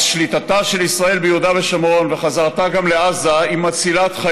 אז שליטתה של ישראל ביהודה ושומרון וחזרתה גם לעזה הן מצילות,